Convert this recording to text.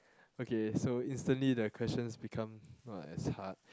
okay so instantly the questions become not as hard